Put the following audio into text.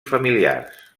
familiars